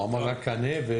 הוא אמר רק קנה.